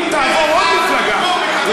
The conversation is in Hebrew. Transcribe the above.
אם תעבור עוד מפלגה.